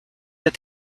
did